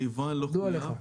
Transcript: היבואן לא חויב.